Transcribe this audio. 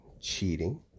cheating